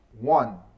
one